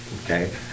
okay